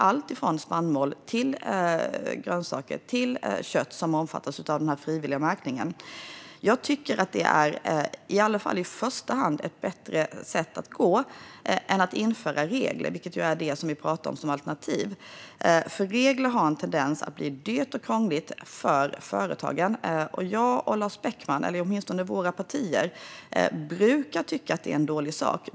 Alltifrån spannmål till grönsaker och kött omfattas av den frivilliga märkningen. Jag tycker att det är en i alla fall i första hand bättre väg att gå än att införa regler, vilket är det alternativ vi pratar om. Regler har en tendens att leda till att det blir dyrt och krångligt för företagen. Jag och Lars Beckman, eller åtminstone våra partier, brukar tycka att det är en dålig sak.